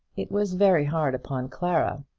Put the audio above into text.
it was very hard upon clara.